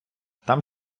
там